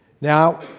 Now